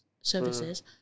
services